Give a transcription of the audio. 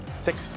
six